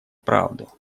правду